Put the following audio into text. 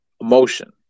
emotion